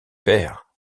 père